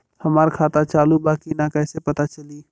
हमार खाता चालू बा कि ना कैसे पता चली?